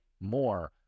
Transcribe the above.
more